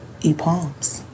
E-palms